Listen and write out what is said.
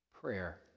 prayer